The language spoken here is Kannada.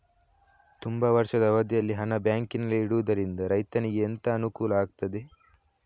ತುಂಬಾ ವರ್ಷದ ಅವಧಿಯಲ್ಲಿ ಹಣ ಬ್ಯಾಂಕಿನಲ್ಲಿ ಇಡುವುದರಿಂದ ರೈತನಿಗೆ ಎಂತ ಅನುಕೂಲ ಆಗ್ತದೆ?